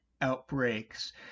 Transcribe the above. outbreaks